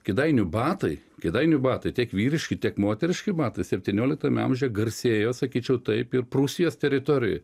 kėdainių batai kėdainių batai tiek vyriški tiek moteriški batai septynioliktame amžiuje garsėjo sakyčiau taip ir prūsijos teritorijoj